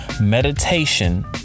Meditation